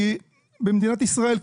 כי במדינת ישראל,